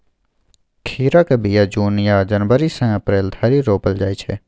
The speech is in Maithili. खीराक बीया जुन या जनबरी सँ अप्रैल धरि रोपल जाइ छै